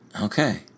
okay